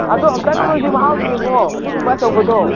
ꯑꯗꯣ ꯑꯝꯇꯪ ꯅꯣꯏꯁꯨ ꯃꯍꯥꯎ ꯌꯦꯡꯉꯣ ꯑꯗꯨꯒꯨꯝꯕ ꯑꯆꯧꯕꯗꯣ